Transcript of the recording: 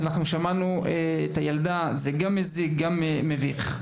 שמענו את הילדה, זה גם מזיק וגם מביך.